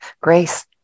Grace